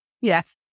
yes